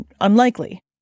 unlikely